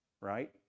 right